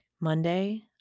Monday